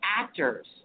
actors